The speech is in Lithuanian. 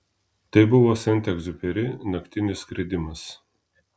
tai buvo sent egziuperi naktinis skridimas